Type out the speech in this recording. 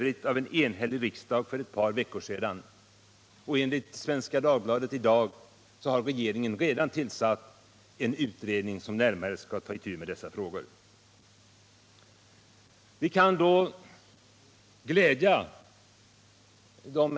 Nr 53 av en enhällig riksdag för ett par veckor sedan, och enligt Svenska Dag Torsdagen den bladet i dag har regeringen redan tillsatt en utredning som närmare skall 15 december 1977 ta itu med dessa frågor.